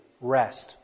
rest